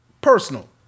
Personal